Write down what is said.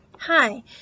Hi